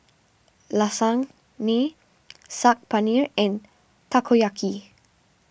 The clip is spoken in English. Lasagne Saag Paneer and Takoyaki